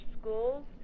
Schools